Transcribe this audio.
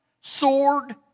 sword